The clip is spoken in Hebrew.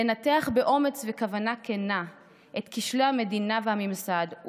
לנתח באומץ וכוונה כנה את כשלי המדינה והממסד,